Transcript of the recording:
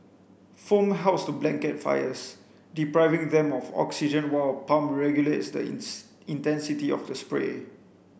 foam helps to blanket fires depriving them of oxygen while a pump regulates the intensity of the spray